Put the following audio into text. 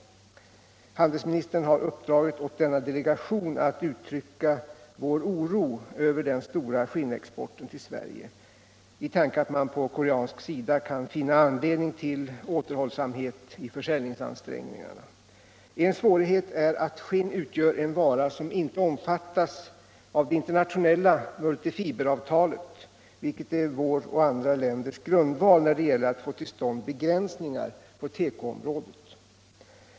Handelsministern har uppdragit åt denna delegation att uttrycka vår oro över den stora skinnexporten till Sverige i tanke att man på koreansk sida kan finna anledning till återhållsamhet i försäljningsansträngningarna. En svårighet är att skinn utgör en vara som inte omfattas av det internationella multifiberavtalet, vilket är vårt lands och andra länders grundval när det gäller att få till stånd begränsningar på tekoområdet.